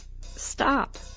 stop